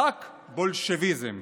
רק בולשביזם,